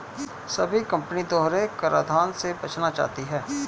सभी कंपनी दोहरे कराधान से बचना चाहती है